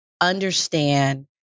understand